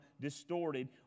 distorted